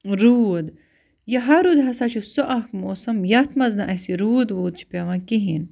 روٗد یہِ ہَرُد ہسا چھُ سُہ اَکھ موسَم یَتھ منٛز نہٕ اَسہِ یہِ روٗد ووٗد چھُ پٮ۪وان کِہیٖنٛۍ